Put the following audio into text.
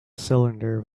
cylinder